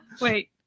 Wait